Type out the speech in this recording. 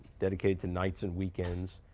dedicated to nights and weekends.